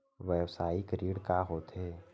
व्यवसायिक ऋण का होथे?